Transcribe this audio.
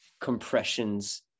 compressions